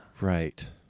Right